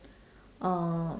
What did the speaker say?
uh